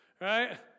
right